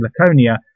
Laconia